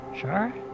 sure